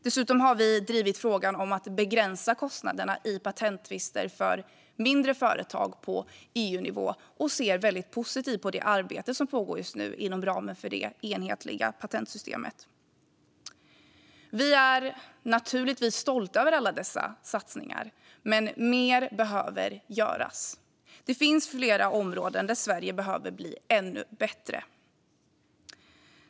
Dessutom har vi drivit frågan om att begränsa kostnaderna i patenttvister för mindre företag på EU-nivå och ser väldigt positivt på det arbete som just nu pågår inom ramen för det enhetliga patentsystemet. Vi är naturligtvis stolta över alla dessa satsningar, men mer behöver göras. Det finns flera områden där Sverige behöver bli ännu bättre.